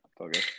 Okay